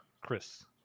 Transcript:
Chris